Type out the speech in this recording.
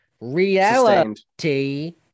Reality